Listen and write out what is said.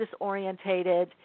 disorientated